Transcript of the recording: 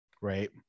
Right